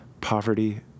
Poverty